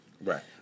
Right